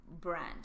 brand